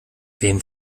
wem